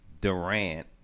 Durant